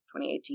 2018